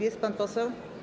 Jest pan poseł?